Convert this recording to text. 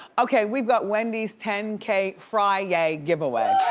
okay we've got wendy's ten k fri-yay giveaway.